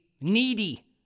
needy